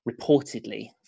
reportedly